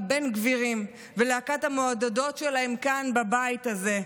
הבן גבירים ולהקת המעודדות שלהם כאן בבית הזה,